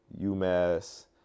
UMass